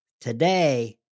today